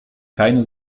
keine